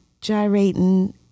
gyrating